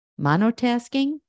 monotasking